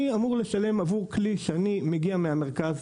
אני אמור לשלם עבור כלי שאני מגיע איתו מהמרכז.